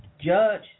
judge